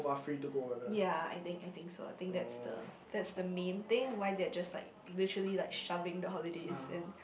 ya I think I think so I think that's the that's the main thing why they are just like literally like shoving the holidays and